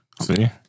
See